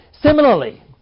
Similarly